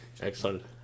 excellent